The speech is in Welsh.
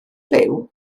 byw